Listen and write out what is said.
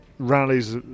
rallies